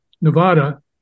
Nevada